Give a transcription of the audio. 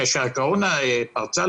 כאשר הקורונה פרצה,